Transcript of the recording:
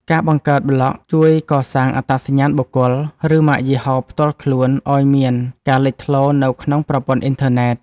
ការបង្កើតប្លក់ជួយកសាងអត្តសញ្ញាណបុគ្គល ឬម៉ាកយីហោផ្ទាល់ខ្លួនឱ្យមានភាពលេចធ្លោនៅក្នុងប្រព័ន្ធអ៊ីនធឺណិត។